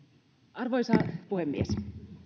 arvoisa puhemies